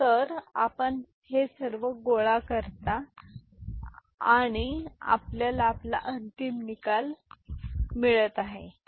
तर आपण हे सर्व गोळा करता आणि ते आपल्याला आपला अंतिम निकाल देत आहे जे 1 ट्रिपल 0 1 1 1 1 ठीक आहे